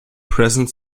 present